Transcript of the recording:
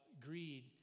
greed